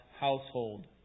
household